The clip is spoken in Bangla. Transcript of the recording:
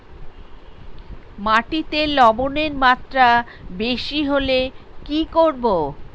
মাটিতে লবণের মাত্রা বেশি হলে কি করব?